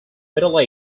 middle